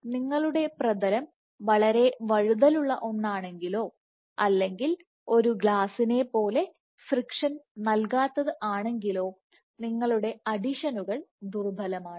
അപ്പോൾ നിങ്ങളുടെപ്രതലംവളരെ വഴുതലുള്ള ഒന്നാണെങ്കിലോ അല്ലെങ്കിൽ ഒരു ഗ്ലാസിനെ പോലെ ഫ്രിക്ഷൻ നൽകാത്തത് ആണെങ്കിലോ നിങ്ങളുടെ അഡീഷനുകൾ ദുർബലമാണ്